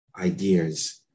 ideas